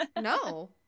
no